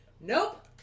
Nope